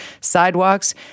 sidewalks